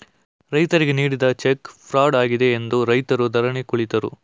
ರೈತರಿಗೆ ನೀಡಿದ cheque fraud ಆಗಿದೆ ಎಂದು ರೈತರು ಧರಣಿ ಕುಳಿತರು